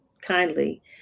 kindly